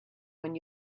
when